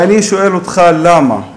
ואני שואל אותך למה,